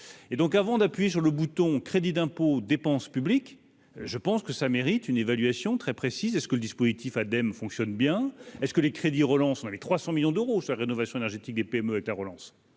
et donc avant d'appuyer sur le bouton, crédit d'impôt dépenses publique je pense que ça mérite une évaluation très précise est-ce que le dispositif Adem fonctionne bien est-ce que les crédits relance les 300 millions d'euros sur la rénovation énergétique des PME avec la relance